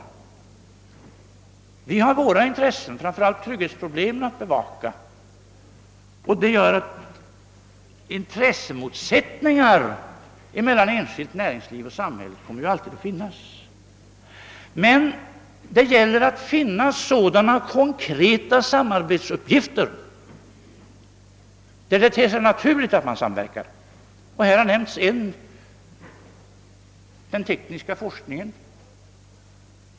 Staten har sina intressen — framför allt när det gäller trygghetsfrågorna — att bevaka, och det gör att intressemotsättningar mellan det enskilda näringslivet och samhället alltid kommer att föreligga. Men det gäller att finna formerna för ett konkret samarbete på områden, där det ter sig naturligt att man samarbetar. Jag har nämnt ett exempel: den tekniska forskningen.